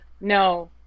No